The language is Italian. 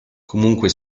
comunque